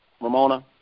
Ramona